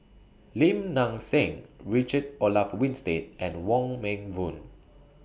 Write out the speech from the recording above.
Lim Nang Seng Richard Olaf Winstedt and Wong Meng Voon